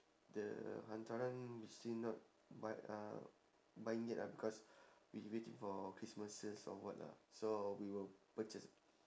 the hantaran we still not buy uh buying yet ah because we waiting for christmas sales or what ah so we will purchase